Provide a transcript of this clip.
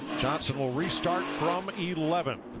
will restart from eleven.